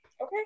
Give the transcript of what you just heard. okay